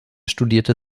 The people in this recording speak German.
studierte